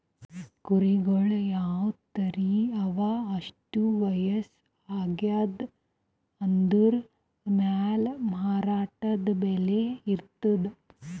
ಕುರಿಗಳ್ ಯಾವ್ ತಳಿ ಅವಾ ಎಷ್ಟ್ ವಯಸ್ಸ್ ಆಗ್ಯಾದ್ ಅನದ್ರ್ ಮ್ಯಾಲ್ ಮಾರಾಟದ್ ಬೆಲೆ ಇರ್ತದ್